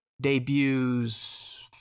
debuts